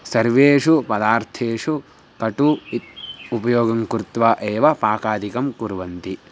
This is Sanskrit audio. सर्वेषु पदार्थेषु कटु इति उपयोगं कृत्वा एव पाकादिकं कुर्वन्ति